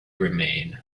remain